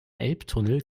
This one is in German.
elbtunnel